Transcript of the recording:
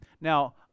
Now